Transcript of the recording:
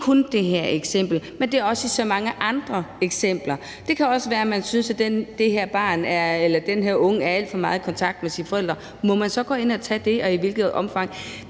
ikke kun det her eksempel, men det gælder også i så mange andre eksempler. Det kan også være, at man synes, at det her barn eller det her unge menneske er alt for meget i kontakt med sine forældre. Må man så gå ind og inddrage den, og i hvilket omfang?